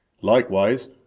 Likewise